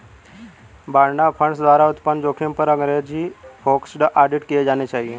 बाड़ा फंड्स द्वारा उत्पन्न जोखिमों पर अंग्रेजी फोकस्ड ऑडिट किए जाने चाहिए